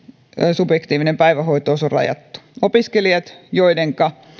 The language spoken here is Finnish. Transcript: subjektiivinen päivähoito oikeus on rajattu opiskelijat joidenka